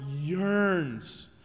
yearns